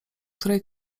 której